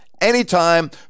anytime